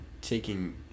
taking